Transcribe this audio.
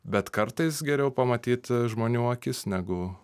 bet kartais geriau pamatyti žmonių akis negu